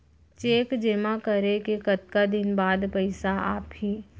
Cheque जेमा करे के कतका दिन बाद पइसा आप ही?